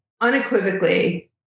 unequivocally